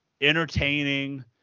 Entertaining